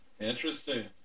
Interesting